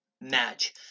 match